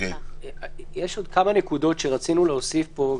יש עוד כמה נקודות שרצינו להוסיף פה,